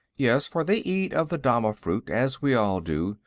yes for they eat of the dama-fruit, as we all do,